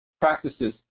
practices